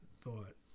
thought